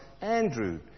Andrew